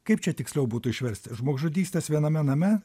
kaip čia tiksliau būtų išversti žmogžudystės viename name